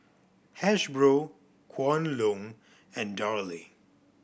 Hasbro Kwan Loong and Darlie